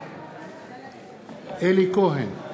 בעד אלי כהן,